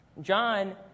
John